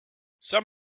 some